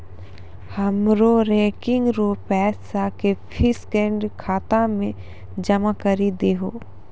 हमरो रेकरिंग रो पैसा के फिक्स्ड खाता मे जमा करी दहो